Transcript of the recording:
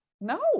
no